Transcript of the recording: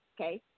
Okay